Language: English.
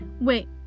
Wait